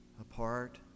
apart